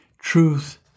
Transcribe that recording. truth